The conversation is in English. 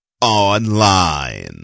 online